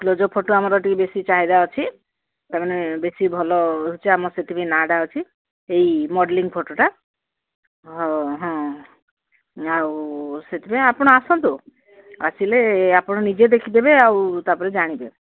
close-up photo ଆମର ଟିକେ ବେଶୀ ଚାହିଦା ଅଛି ତାମାନେେ ବେଶୀ ଭଲ ରହୁଛି ଆମର ସେଥିପାଇଁ ନାଁ ଟା ଅଛି ଏଇ ମଡେଲିଂ ଫଟୋଟା ହଁ ହଁ ଆଉ ସେଥିପାଇଁ ଆପଣ ଆସନ୍ତୁ ଆସିଲେ ଆପଣ ନିଜେ ଦେଖିଦେବେ ଆଉ ତାପରେ ଜାଣିବେ